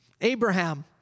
Abraham